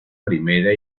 primera